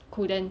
couldn't